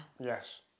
Yes